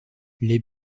les